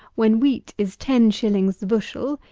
when wheat is ten shillings the bushel,